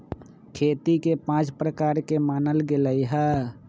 खेती के पाँच प्रकार के मानल गैले है